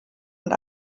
und